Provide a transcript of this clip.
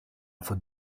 faute